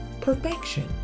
perfection